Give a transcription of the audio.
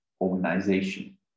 organization